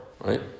right